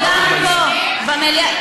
וגם פה במליאה,